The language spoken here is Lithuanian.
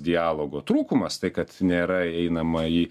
dialogo trūkumas tai kad nėra einama į